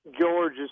George